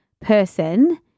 person